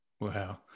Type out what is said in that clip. Wow